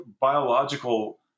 biological